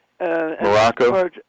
Morocco